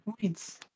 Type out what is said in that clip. points